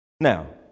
Now